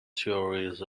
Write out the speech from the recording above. theories